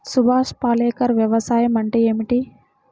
సుభాష్ పాలేకర్ వ్యవసాయం అంటే ఏమిటీ?